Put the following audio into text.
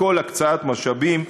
בכל הקצאת משאבים,